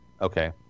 Okay